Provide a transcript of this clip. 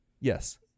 Yes